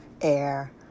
air